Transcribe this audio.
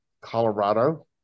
Colorado